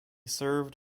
served